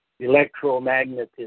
electromagnetism